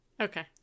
Okay